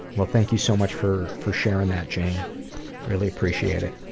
well, thank you so much for for sharing that, jane really appreciate it.